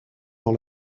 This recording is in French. dans